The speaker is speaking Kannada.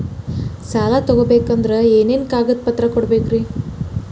ಸಾಲ ತೊಗೋಬೇಕಂದ್ರ ಏನೇನ್ ಕಾಗದಪತ್ರ ಕೊಡಬೇಕ್ರಿ?